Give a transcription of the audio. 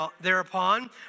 thereupon